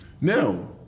Now